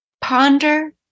ponder